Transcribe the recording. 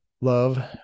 Love